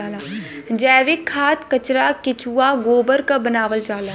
जैविक खाद कचरा केचुआ गोबर क बनावल जाला